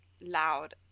loud